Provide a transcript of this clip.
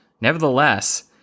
Nevertheless